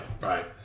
right